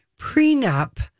prenup